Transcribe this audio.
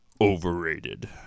overrated